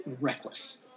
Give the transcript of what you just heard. reckless